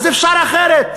אז אפשר אחרת.